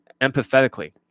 empathetically